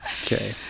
Okay